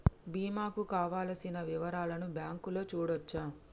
బీమా కు కావలసిన వివరాలను బ్యాంకులో చూడొచ్చా?